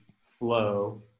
flow